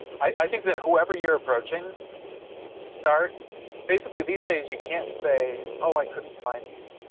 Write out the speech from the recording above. i think that whoever you're approaching start basically these days. you can't say, oh, i couldn't find you.